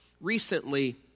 Recently